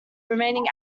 remaining